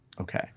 Okay